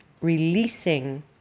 releasing